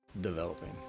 developing